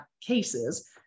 cases